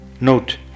Note